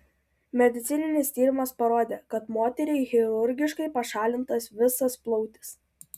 medicininis tyrimas parodė kad moteriai chirurgiškai pašalintas visas plautis